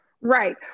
Right